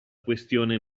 questione